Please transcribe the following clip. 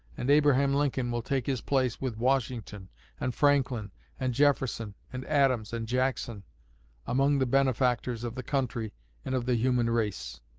and abraham lincoln will take his place with washington and franklin and jefferson and adams and jackson among the benefactors of the country and of the human race.